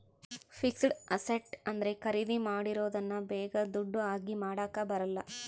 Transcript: fixed asset ಅಂದ್ರೆ ಖರೀದಿ ಮಾಡಿರೋದನ್ನ ಬೇಗ ದುಡ್ಡು ಆಗಿ ಮಾಡಾಕ ಬರಲ್ಲ